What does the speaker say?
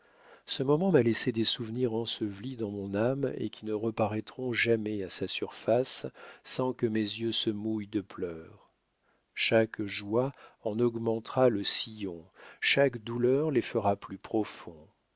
ce moment m'a laissé des souvenirs ensevelis dans mon âme et qui ne reparaîtront jamais à sa surface sans que mes yeux se mouillent de pleurs chaque joie en augmentera le sillon chaque douleur les fera plus profonds